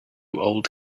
old